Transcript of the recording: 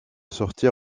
sortir